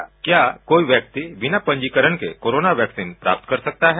प्रश्न क्या कोई वैक्सीन बिना पंजीकरण के कोरोना वैक्सीन प्राप्त कर सकता है